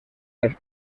las